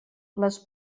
les